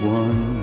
one